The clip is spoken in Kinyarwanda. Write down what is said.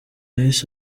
yahise